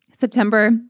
September